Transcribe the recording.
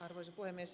arvoisa puhemies